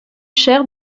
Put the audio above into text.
chers